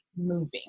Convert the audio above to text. moving